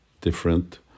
different